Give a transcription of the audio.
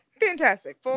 fantastic